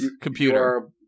computer